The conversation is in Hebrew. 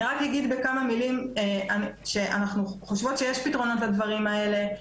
אני רק אגיד בכמה מילים שאנחנו חושבות שיש פתרונות לדברים האלה,